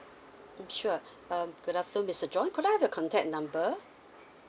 sure um good afternoon mister john could I have your contact number